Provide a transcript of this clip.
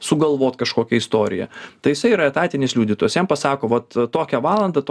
sugalvot kažkokią istoriją tai jisai yra etatinis liudytojas jam pasako vat tokią valandą